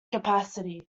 capacity